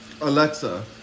Alexa